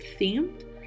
themed